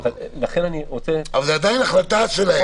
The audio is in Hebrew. לא עקבתי.